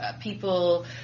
people